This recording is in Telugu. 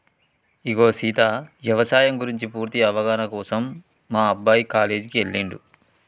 ఇగో సీత యవసాయం గురించి పూర్తి అవగాహన కోసం మా అబ్బాయి కాలేజీకి ఎల్లిండు